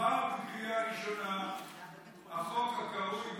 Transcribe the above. עבר בקריאה ראשונה החוק הקרוי החוק הקרוי